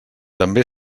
també